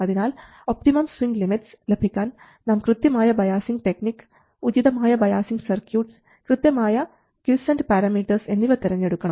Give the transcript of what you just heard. അതിനാൽ optimum swing limits ലഭിക്കാൻ നാം കൃത്യമായ ബയാസിംഗ് ടെക്നിക് ഉചിതമായ ബയാസിംഗ് സർക്യൂട്ട്സ് കൃത്യമായ ക്വിസൻറ് പാരമീറ്റർസ് എന്നിവ തെരഞ്ഞെടുക്കണം